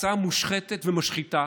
הצעה מושחתת ומשחיתה,